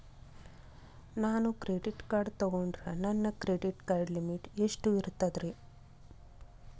ನಾನು credit card ತೊಗೊಂಡ್ರ ನನ್ನ ಕ್ರೆಡಿಟ್ ಲಿಮಿಟ್ ಎಷ್ಟ ಇರ್ತದ್ರಿ?